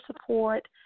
support